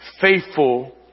faithful